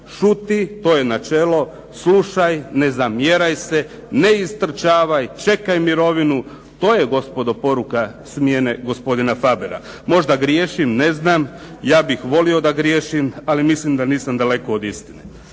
šuti, to je načelo, slušaj, ne zamjeraj se, ne istrčavaj, čekaj mirovinu, to je gospodo poruka smjene gospodina Fabera. Možda griješim, ne znam, ja bih volio da griješim, ali mislim da nisam daleko od istine.